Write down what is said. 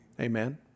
Amen